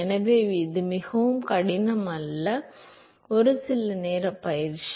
எனவே இது மிகவும் கடினம் அல்ல சில நிமிட உடற்பயிற்சி